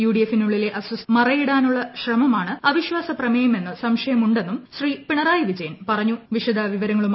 യുഡിഎഫിനുള്ളിലെ അസ്വസ്ഥത മറയിടാനുള്ള ശ്രമമാണ് അവിശ്വാസപ്രമേയമെന്ന് സംശയമുണ്ടെന്നും ശ്രീ പിണറായി വിജയൻ പറഞ്ഞു